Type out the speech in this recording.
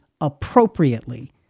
appropriately